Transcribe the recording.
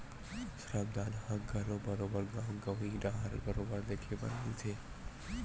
श्रम दान ह घलो बरोबर गाँव गंवई डाहर बरोबर देखे बर मिलथे